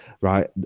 right